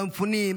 במפונים,